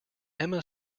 emma